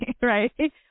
right